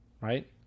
right